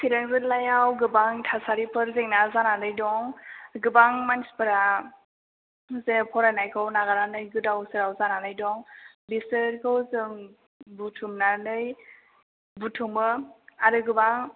सिरां जिल्लायाव गोबां थासारिफोर जेंना जानानै दं गोबां मानसिफोरा जे फरायनायखौ नागारनानै गोदाव सोराव जानानै दं बिसोरखौ जों बुथुमनानै बुथुमो आरो गोबां